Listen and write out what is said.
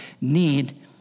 need